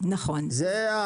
סודי